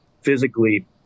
physically